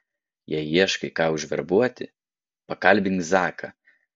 jei ieškai ką užverbuoti pakalbink zaką